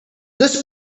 this